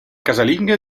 casalinghe